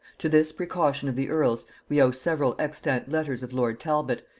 to this precaution of the earl's we owe several extant letters of lord talbot,